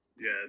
Yes